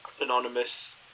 anonymous